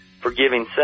forgiving